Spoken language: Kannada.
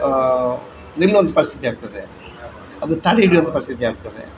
ನಿಲ್ಲೊ ಒಂದು ಪರಿಸ್ಥಿತಿ ಆಗ್ತದೆ ಅದು ತಡೆ ಹಿಡಿಯುವಂಥ ಪರಿಸ್ಥಿತಿಯಾಗ್ತದೆ